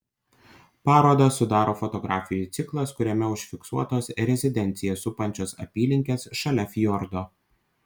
parodą sudaro fotografijų ciklas kuriame užfiksuotos rezidenciją supančios apylinkės šalia fjordo